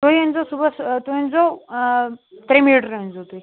تُہۍ أنۍ زیٛو صُبحَس ٲں تُہۍ أنۍ زیٛو ٲں ترٛےٚ میٖٹَر أنۍ زیٛو تُہۍ